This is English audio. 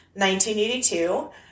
1982